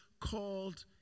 called